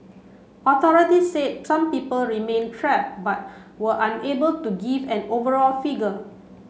authorities said some people remained trap but were unable to give an overall figure